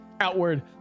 outward